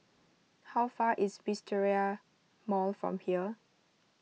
how far is Wisteria Mall from here